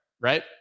right